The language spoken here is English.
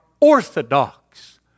orthodox